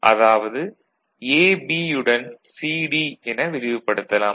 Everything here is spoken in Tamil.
அதாவது A B யுடன் C D என விரிவுபடுத்தலாம்